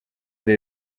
ari